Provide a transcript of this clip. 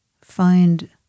find